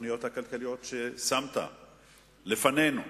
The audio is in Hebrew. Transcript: בתוכניות הכלכליות ששמת לפנינו.